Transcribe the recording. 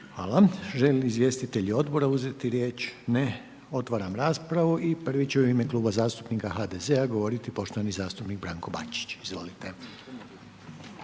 Hvala. Žele li izvjestitelji odbora uzeti riječ? Ne. Otvaram raspravu i prvi će u ime Kluba zastupnika HDZ-a govoriti poštovani zastupnik Branko Bačić, izvolite.